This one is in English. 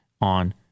on